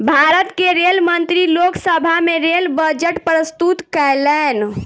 भारत के रेल मंत्री लोक सभा में रेल बजट प्रस्तुत कयलैन